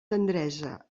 tendresa